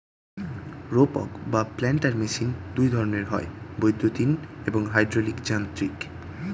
রোপক বা planter machine দুই ধরনের হয়, বৈদ্যুতিন এবং হাইড্রলিক যান্ত্রিক